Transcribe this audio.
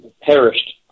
perished